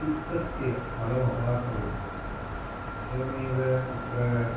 चित्तस्य मलमपाकरोत् एवमेव तत्र